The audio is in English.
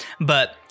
but-